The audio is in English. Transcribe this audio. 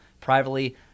privately